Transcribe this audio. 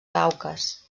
caucas